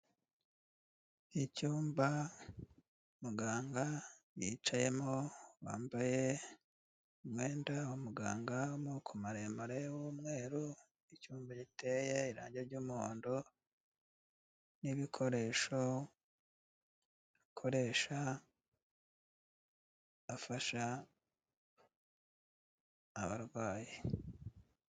Icyumba muganga yicayemo, wambaye umwenda w'umuganga w'amamoko maremare y'umweru, icyumba giteye irangi ry'umuhondo, n'ibikoresho akoresha afasha abarwayi.